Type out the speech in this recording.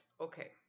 Okay